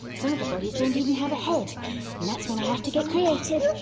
some of the bodies don't even have a head and that's when i have to get creative.